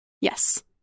Yes